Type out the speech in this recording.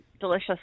delicious